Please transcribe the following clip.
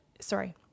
sorry